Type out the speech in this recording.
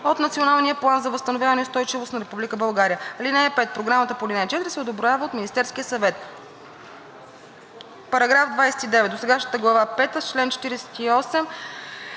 от Националния план за възстановяване и устойчивост на Република България. (5) Програмата по ал. 4 се одобрява от Министерския съвет.“ § 29. Досегашната глава пета с чл.